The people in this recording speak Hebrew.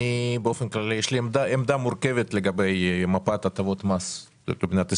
יש עמדה מורכבת לגבי מפת הטבות המס במדינת ישראל.